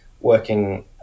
working